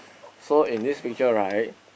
so in this picture right